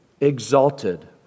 exalted